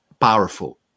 powerful